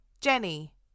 Jenny